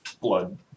blood